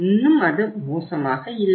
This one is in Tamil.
இன்னும் அது மோசமாக இல்லை